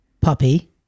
puppy